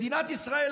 מדינת ישראל,